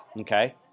Okay